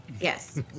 yes